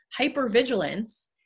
hypervigilance